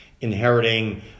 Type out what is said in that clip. inheriting